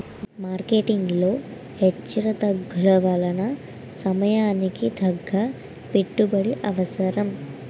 marketing లో హెచ్చుతగ్గుల వలన సమయానికి తగ్గ పెట్టుబడి అవసరం